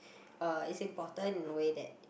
uh it's important in a way that